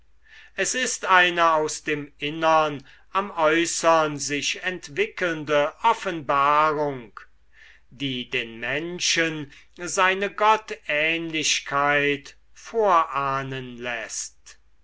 es ist eine aus dem innern am äußern sich entwickelnde offenbarung die den menschen seine gottähnlichkeit vorahnen läßt